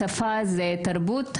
השפה היא תרבות,